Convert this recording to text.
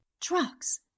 Drugs